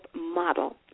Model